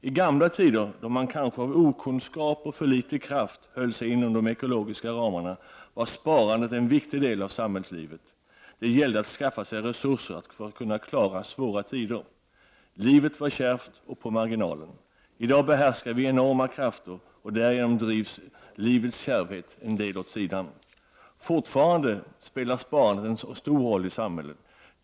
I gamla tider, då man kanske av okunskap och för litet kraft höll sig inom de ekologiska ramarna, var sparandet en viktig del av samhällslivet. Det gällde att skaffa sig resurser för att kunna klara svåra tider. Livet var kärvt och på marginalen. I dag behärskar vi enorma krafter, och därigenom drivs livets kärvhet något åt sidan. Fortfarande spelar sparandet en stor roll i samhället.